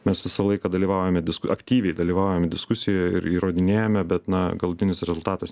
mes visą laiką dalyvaujame disku aktyviai dalyvaujame diskusijoje ir įrodinėjame bet na galutinis rezultatas